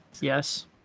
Yes